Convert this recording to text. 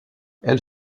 elle